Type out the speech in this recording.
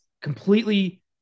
completely